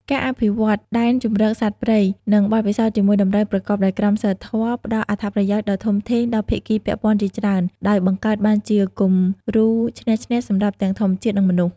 ការអភិវឌ្ឍដែនជម្រកសត្វព្រៃ និងបទពិសោធន៍ជាមួយដំរីប្រកបដោយក្រមសីលធម៌ផ្តល់អត្ថប្រយោជន៍ដ៏ធំធេងដល់ភាគីពាក់ព័ន្ធជាច្រើន ដោយបង្កើតបានជាគំរូ ឈ្នះ ឈ្នះ សម្រាប់ទាំងធម្មជាតិ និងមនុស្ស។